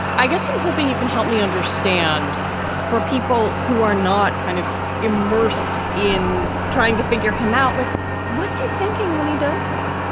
i guess i'm hoping you can help me understand for people who are not kind of immersed in trying to figure him out. like what's he thinking when he does that?